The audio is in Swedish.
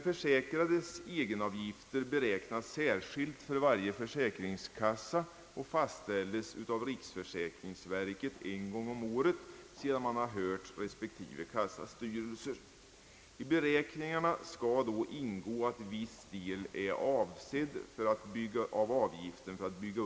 De försäkrades egenavgifter beräknas särskilt för varje försäkringskassa och fastställes av riksförsäkringsverket en gång om året efter hörande av respektive kassas styrelse. I beräkningarna skall ingå viss del av avgifterna avsedd för fondavsättning.